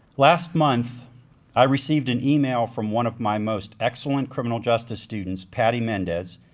last month i received an email from one of my most excellent criminal justice students, patty mendez,